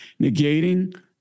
negating